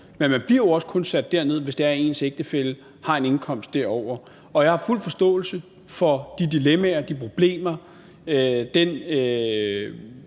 jo også kun sat ned, hvis det er, at ens ægtefælle har en indkomst derover. Og jeg har fuld forståelse for de dilemmaer og problemer